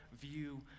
view